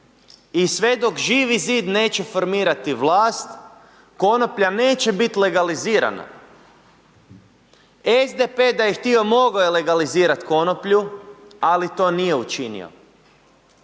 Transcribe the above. i sve dok Živi zid neće formirati vlast, konoplja neće biti legalizirana. SDP da je htio mogo je legalizirat konoplju, ali to nije učinio,